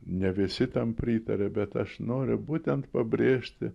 ne visi tam pritaria bet aš noriu būtent pabrėžti